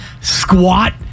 squat